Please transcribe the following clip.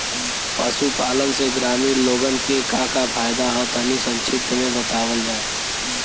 पशुपालन से ग्रामीण लोगन के का का फायदा ह तनि संक्षिप्त में बतावल जा?